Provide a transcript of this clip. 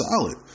solid